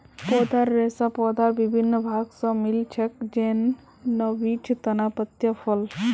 पौधार रेशा पौधार विभिन्न भाग स मिल छेक, जैन न बीज, तना, पत्तियाँ, फल